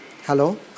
Hello